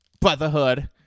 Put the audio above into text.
Brotherhood